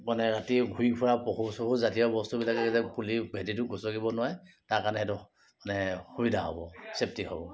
মানে ৰাতি ঘূৰি ফুৰা পহু চহুজাতীয় বস্তুবিলাকে যাতে পুলি ভেঁটিটো গচকিব নোৱাৰে তাৰ কাৰণে এইটো সুবিধা হ'ব ছেফ্টি হ'ব